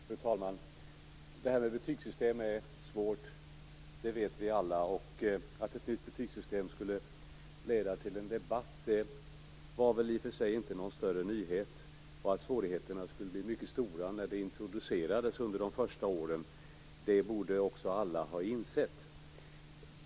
Fru talman! Det här med betygsystem är svårt. Det vet vi alla. Att ett nytt betygsystem skulle leda till en debatt var väl i och för sig ingen större nyhet. Likaså borde alla ha insett att svårigheterna vid introduktionen under de första åren skulle bli mycket stora.